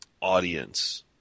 audience